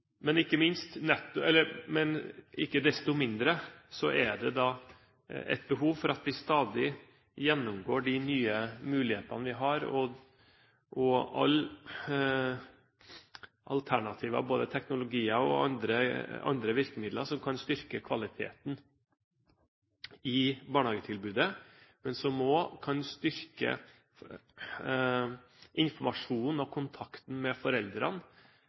Men ikke desto mindre er det et behov for at vi stadig gjennomgår de nye mulighetene vi har – alle alternativer – både teknologi og andre virkemidler som kan styrke kvaliteten i barnehagetilbudet, og som også kan styrke informasjonen og kontakten med foreldrene,